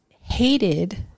hated